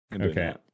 Okay